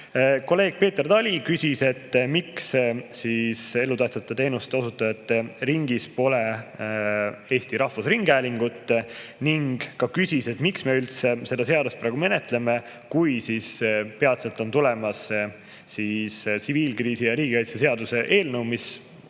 Kolleeg Peeter Tali küsis, miks elutähtsa teenuse osutajate ringis pole Eesti Rahvusringhäälingut ning miks me üldse seda seadust praegu menetleme, kui peatselt on tulemas tsiviilkriisi ja riigikaitse seaduse eelnõu, mis